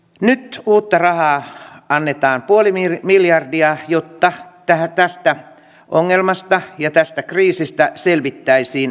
ne nyt kultarahaa kannetaan puoli miljardia jotta tämä tästä ongelmasta ja tästä kriisistä selvittäisiin